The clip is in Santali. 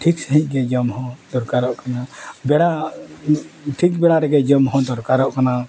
ᱴᱷᱤᱠ ᱥᱟᱺᱦᱤᱡ ᱜᱮ ᱡᱚᱢ ᱦᱚᱸ ᱫᱚᱨᱠᱟᱨᱚᱜ ᱠᱟᱱᱟ ᱵᱮᱲᱟ ᱴᱷᱤᱠ ᱵᱮᱲᱟ ᱨᱮᱜᱮ ᱡᱚᱢ ᱦᱚᱸ ᱫᱚᱨᱠᱟᱨᱚᱜ ᱠᱟᱱᱟ